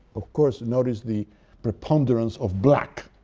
of course, notice the preponderance of black,